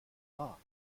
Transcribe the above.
war